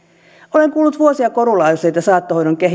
olen kuullut vuosia korulauseita saattohoidon